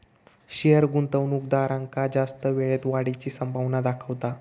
share गुंतवणूकदारांका जास्त वेळेत वाढीची संभावना दाखवता